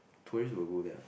tourist will go there ah